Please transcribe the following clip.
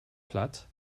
platt